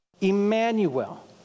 Emmanuel